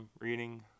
reading